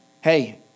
hey